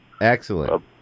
Excellent